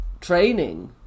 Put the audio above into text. training